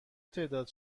تعداد